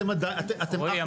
אתם עדיין --- רועי,